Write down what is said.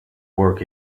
work